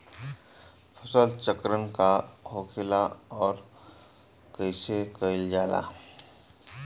फसल चक्रण का होखेला और कईसे कईल जाला?